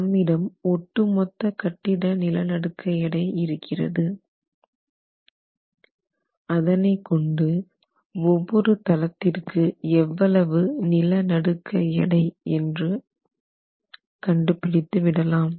நம்மிடம் ஒட்டுமொத்த கட்டிட நிலநடுக்க எடை இருக்கிறது அதனை கொண்டு ஒவ்வொரு தளத்திற்கு எவ்வளவு நிலநடுக்க எடை என்று கண்டுபிடித்து விடலாம்